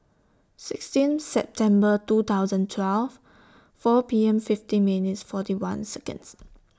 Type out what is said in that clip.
sixteen September two thousand twelve four P M fifty minutes forty one Seconds